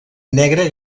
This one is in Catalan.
negre